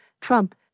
Trump